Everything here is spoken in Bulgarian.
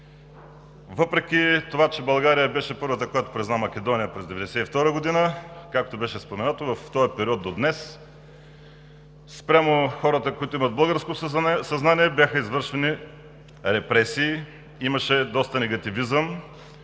Въпреки че България беше първата, която призна Македония през 1992 г., както беше споменато, в този период до днес спрямо хората, които имат българско съзнание, бяха извършени репресии, имаше доста негативизъм.